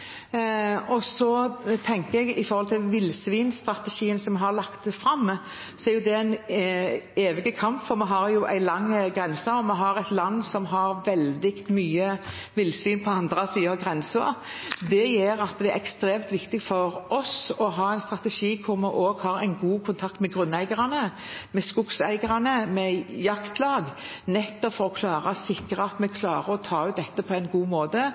villsvinstrategien vi har lagt fram, er det en evig kamp, for vi har en lang grense, og vi har et land med veldig mye villsvin på den andre siden av grensen. Det gjør at det er ekstremt viktig for oss å ha en strategi hvor vi har god kontakt med grunneierne, skogseierne og jaktlag for å sikre at vi klarer å ta ut dyr på en god måte.